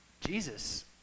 Jesus